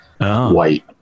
White